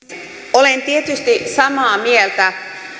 olen tietysti samaa mieltä